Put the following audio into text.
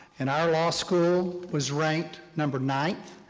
and our law school was ranked number ninth,